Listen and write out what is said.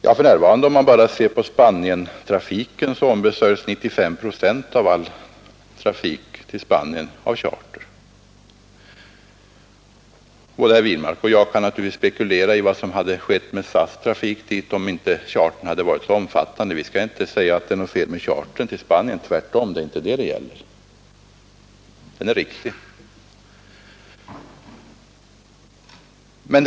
Ja, av all trafik till Spanien ombesörjs för närvarande 95 procent av charter. Både herr Wirmark och jag kan naturligtvis spekulera i vad som hade skett med SAS:s trafik dit om inte chartern hade varit så omfattande. Vi skall inte säga att det är något fel med chartern till Spanien — tvärtom, den är riktig. Det är inte det saken gäller.